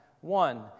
One